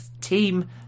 Team